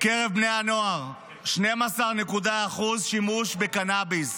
בקרב בני הנוער, 12.1% שימוש בקנביס,